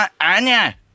Anya